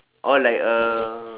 oh like uh